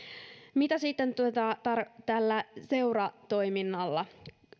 mitä sitten tarkoitan tällä seuratoiminnalla